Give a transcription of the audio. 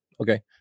okay